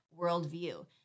worldview